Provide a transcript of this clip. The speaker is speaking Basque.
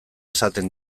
esaten